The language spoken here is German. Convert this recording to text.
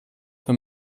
wenn